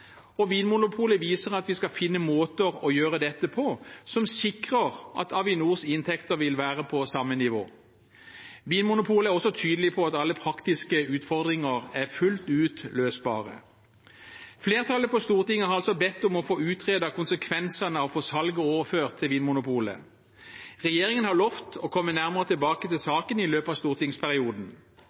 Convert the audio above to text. og Vinmonopolet viser at vi skal finne måter å gjøre dette på som sikrer at Avinors inntekter vil være på samme nivå. Vinmonopolet er også tydelige på at alle praktiske utfordringer er fullt ut løsbare. Flertallet på Stortinget har altså bedt om å få utredet konsekvensene av å få salget overført til Vinmonopolet. Regjeringen har lovet å komme nærmere tilbake til saken i løpet av stortingsperioden.